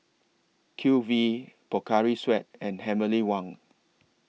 Q V Pocari Sweat and Heavenly Wang